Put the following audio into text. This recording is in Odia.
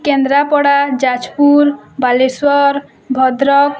କେନ୍ଦ୍ରାପଡ଼ା ଯାଜପୁର ବାଲେଶ୍ୱର ଭଦ୍ରକ